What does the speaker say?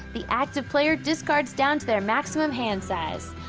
the active player discards down to their maximum hand size.